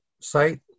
site